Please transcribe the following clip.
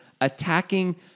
attacking